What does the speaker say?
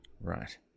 Right